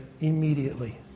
immediately